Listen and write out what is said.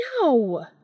no